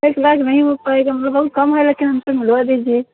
एक लाख नहीं हो पाएगा मतलब बहुत कम है लेकिन हमसे मिलवा दीजिए